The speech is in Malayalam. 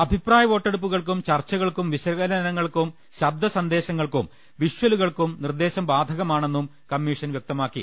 അഭിപ്രായ വോട്ടെ ടുപ്പുകൾക്കും ചർച്ചകൾക്കും വിശകലനങ്ങൾക്കും ശബ്ദസന്ദേശ ങ്ങൾക്കും വിഷലുകൾക്കും നിർദ്ദേശം ബാധ്കമാണെന്നും കമ്മീ ഷൻ വ്യക്തമാക്കി